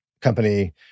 company